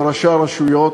ומראשי הרשויות,